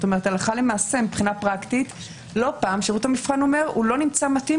הלכה למעשה מבחינה פרקטית לא פעם שירות המבחן אומר: הוא לא נמצא מתאים,